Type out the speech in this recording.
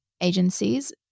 agencies